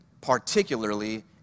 particularly